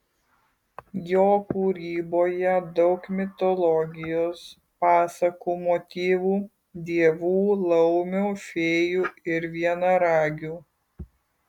jo kūryboje daug mitologijos pasakų motyvų dievų laumių fėjų ir vienaragių